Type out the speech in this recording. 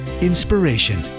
inspiration